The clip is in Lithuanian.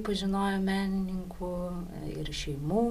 pažinojo menininkų ir šeimų